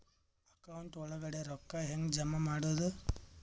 Account ಒಳಗಡೆ ರೊಕ್ಕ ಹೆಂಗ್ ಜಮಾ ಮಾಡುದು?